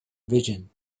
vision